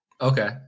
Okay